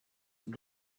them